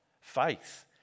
Faith